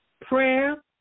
Prayer